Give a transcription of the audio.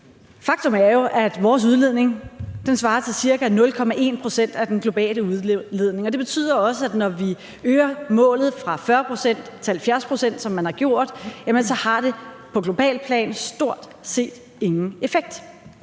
Faktum er jo, at vores udledning svarer til ca. 0,1 pct. af den globale udledning. Det betyder også, at når vi øger målet fra 40 pct. til 70 pct., som man har gjort, så har det på globalt plan stort set ingen effekt.